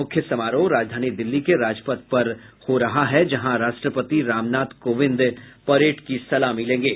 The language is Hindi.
मुख्य समारोह राजधानी दिल्ली के राजपथ पर हो रहा है जहां राष्ट्रपति रामनाथ कोविंद परेड की सलामी लेंगे